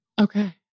Okay